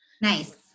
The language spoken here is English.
Nice